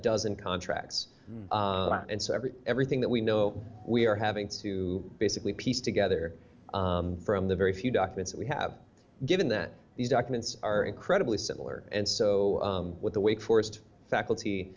dozen contracts and so every everything that we know we are having to basically pieced together from the very few documents we have given that these documents are incredibly similar and so with the wake forest faculty